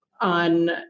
on